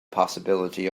possibility